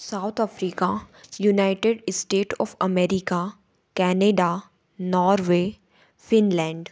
South Africa united state of America Canada Norway Finland